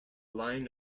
line